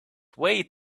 way